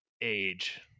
age